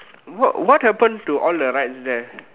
what what happen to all the rides there